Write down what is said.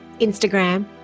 Instagram